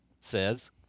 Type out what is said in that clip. says